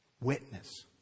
witness